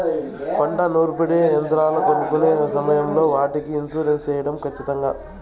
పంట నూర్పిడి యంత్రాలు కొనుక్కొనే సమయం లో వాటికి ఇన్సూరెన్సు సేయడం ఖచ్చితంగా?